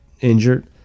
injured